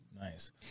Nice